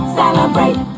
celebrate